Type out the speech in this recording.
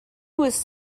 was